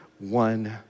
One